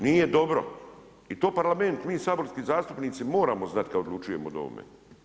Nije dobro i to Parlament, mi saborski zastupnici moramo znati kad odlučujemo o ovome.